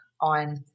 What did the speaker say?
on